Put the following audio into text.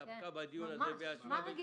מרגי,